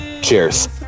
Cheers